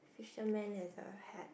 fisherman has a hat